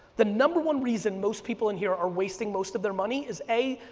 the number one reason most people in here are wasting most of their money is a,